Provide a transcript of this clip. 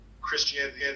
Christianity